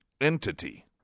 entity